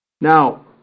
Now